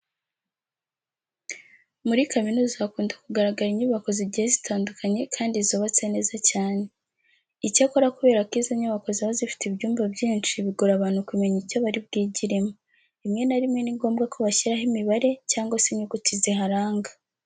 Muri kaminuza hakunda kugaragara inyubako zigiye zitandukanye kandi zubatse neza cyane. Icyakora kubera ko izo nyubako ziba zifite ibyumba byinshi bigora abantu kumenya icyo bari bwigiremo, rimwe na rimwe ni ngombwa ko bashyiraho imibare cyangwa se inyuguti ziharanga.